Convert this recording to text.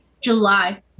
July